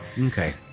Okay